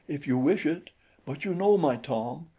if you wish it but you know, my tom,